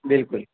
بالکل